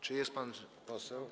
Czy jest pan poseł?